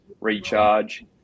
recharge